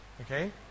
okay